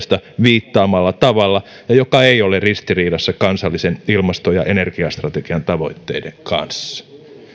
ja kaksikymmentäkaksin viittaamalla tavalla ja joka ei ole ristiriidassa kansallisen ilmasto ja energiastrategian tavoitteiden kanssa